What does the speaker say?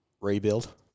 rebuild